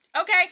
Okay